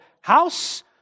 house